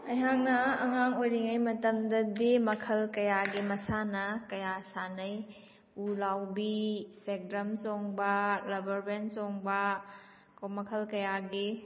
ꯑꯩꯍꯥꯛꯅ ꯑꯉꯥꯡ ꯑꯣꯏꯔꯤꯉꯩ ꯃꯇꯝꯗꯗꯤ ꯃꯈꯜ ꯀꯌꯥꯒꯤ ꯃꯁꯥꯟꯅ ꯀꯌꯥ ꯁꯥꯟꯅꯩ ꯎ ꯂꯥꯎꯕꯤ ꯁꯦꯛꯗ꯭ꯔꯝ ꯆꯣꯡꯕ ꯂꯕꯔ ꯕꯦꯟ ꯆꯣꯡꯕ ꯀꯣ ꯃꯈꯜ ꯀꯌꯥꯒꯤ